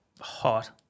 hot